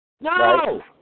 No